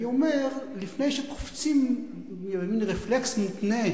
אני אומר: לפני שקופצים, מין רפלקס מותנה,